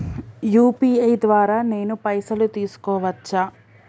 UPI ద్వారా నేను పైసలు తీసుకోవచ్చా?